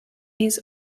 his